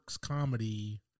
comedy